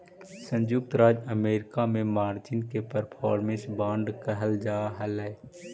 संयुक्त राज्य अमेरिका में मार्जिन के परफॉर्मेंस बांड कहल जा हलई